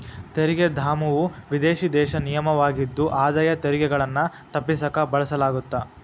ತೆರಿಗೆ ಧಾಮವು ವಿದೇಶಿ ದೇಶ ನಿಗಮವಾಗಿದ್ದು ಆದಾಯ ತೆರಿಗೆಗಳನ್ನ ತಪ್ಪಿಸಕ ಬಳಸಲಾಗತ್ತ